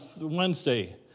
Wednesday